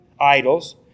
idols